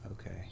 okay